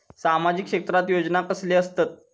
सामाजिक क्षेत्रात योजना कसले असतत?